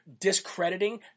discrediting